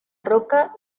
roca